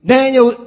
Daniel